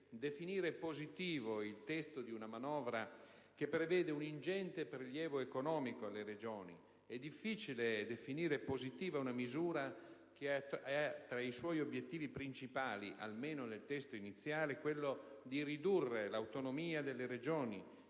definire positivo il testo di una manovra che prevede un ingente prelievo economico alle Regioni. È difficile definire positiva una misura che ha tra i suoi obiettivi principali, almeno nel testo iniziale, quello di ridurre l'autonomia delle Regioni,